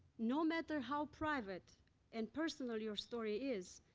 no matter how private and personal your story is,